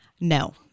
No